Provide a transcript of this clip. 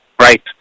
Right